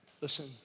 Listen